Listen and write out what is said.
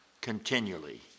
continually